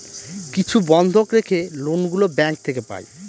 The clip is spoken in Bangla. কিছু বন্ধক রেখে লোন গুলো ব্যাঙ্ক থেকে পাই